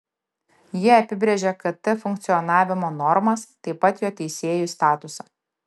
jie apibrėžia kt funkcionavimo normas taip pat jo teisėjų statusą